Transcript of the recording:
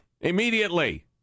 Immediately